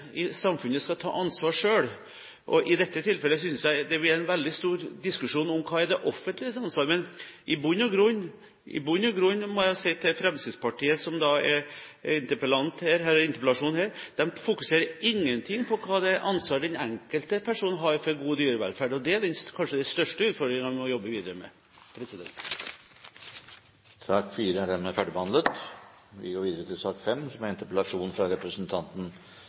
i samfunnet skal ta ansvar selv. I dette tilfellet synes jeg det blir en veldig stor diskusjon om hva som er det offentliges ansvar, men i bunn og grunn, må jeg si til Fremskrittspartiets representant som har fremmet denne interpellasjonen, fokuserer man ikke noe på det ansvar den enkelte har for god dyrevelferd. Det er kanskje den største utfordringen vi må jobbe videre med. Sak nr. 4 er dermed ferdigbehandlet. La meg først begynne med det overordnede bildet. Om lag 20 pst. av verdens befolkning, eller 1 milliard mennesker, lever i ekstrem eller absolutt fattigdom. Det største antallet absolutt fattige, eller de som